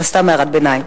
סתם הערת ביניים.